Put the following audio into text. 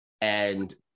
And-